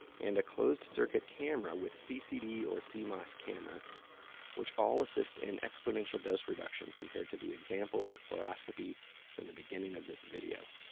and a closed-circuit camera with ccd or cmos camera which all assist in exponential dose reduction compared to the examples of fluoroscopy from the beginning of this video.